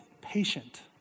patient